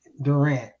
Durant